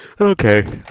Okay